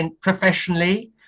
professionally